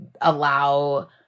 allow